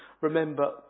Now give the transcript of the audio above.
remember